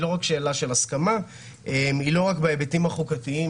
היא לא רק שאלה של הסכמה והיא לא בהיבטים החוקתיים